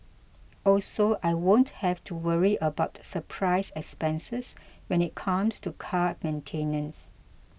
also I won't have to worry about surprise expenses when it comes to car maintenance